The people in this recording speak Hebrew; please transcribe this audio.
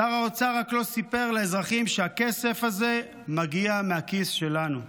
שר האוצר רק לא סיפר לאזרחים שהכסף הזה מגיע מהכיס שלנו.